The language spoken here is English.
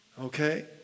Okay